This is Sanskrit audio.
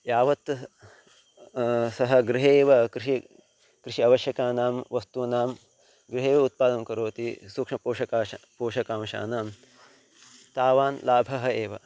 यावत् सः गृहे एव कृषिः कृषिः आवश्यकानां वस्तूनां गृहे एव उत्पादनं करोति सूक्ष्मपोषकांशस्य पोषकांशानां तावान् लाभः एव